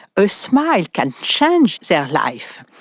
a smile can change their life,